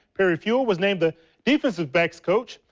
harry fuel was named the defensive backs coach.